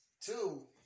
two